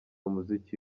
umuziki